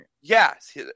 Yes